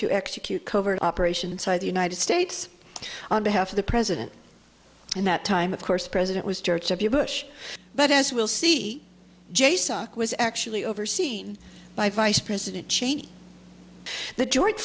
to execute covert operation inside the united states on behalf of the president and that time of course president was george w bush but as we'll see jay stock was actually overseen by vice president cheney the joint